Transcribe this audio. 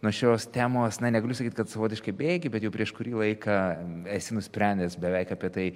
nuo šios temos na negaliu sakyt kad savotiškai bėgi bet jau prieš kurį laiką esi nusprendęs beveik apie tai